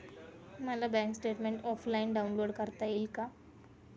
मला bank statement offline download करता येईल का?